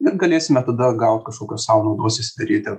ir galėsime tada gal kažkokios sau naudos išsiderėti